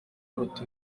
ute